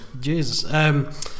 Jesus